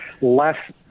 less